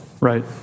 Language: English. Right